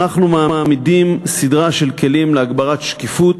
אנחנו מעמידים סדרה של כלים להגברת שקיפות,